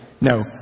No